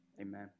Amen